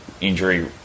injury